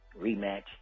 rematch